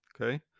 okay